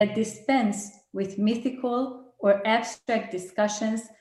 A dispense with mythical or abstract discussions